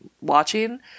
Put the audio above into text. watching